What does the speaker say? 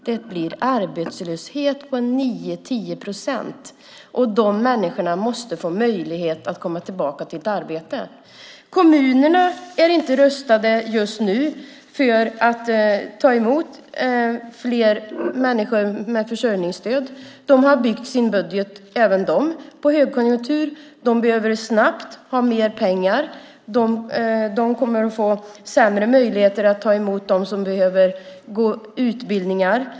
Det blir en arbetslöshet på 9-10 procent, och de människorna måste få möjlighet att komma tillbaka till ett arbete. Kommunerna är inte rustade just nu för att ta emot fler människor med försörjningsstöd. Även de har byggt sina budgetar på högkonjunktur. De behöver snabbt ha mer pengar. De kommer att få sämre möjligheter att ta emot dem som behöver gå utbildningar.